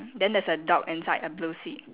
then there's a dog inside a blue seat